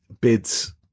bids